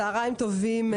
צוהריים טובים.